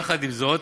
יחד עם זאת,